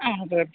ആ അതെ